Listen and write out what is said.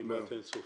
כמעט אין-סופי.